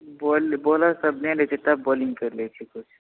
bowler सब नहि रहै छै तब बॉलिंग कर लै छी